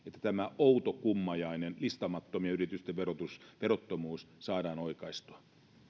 tämä outo kummajainen listaamattomien yritysten verottomuus saadaan oikaistua